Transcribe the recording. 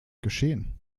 geschehen